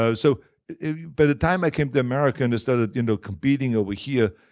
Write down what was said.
so so by the time i came to america and started you know competing over here,